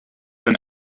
than